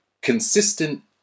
consistent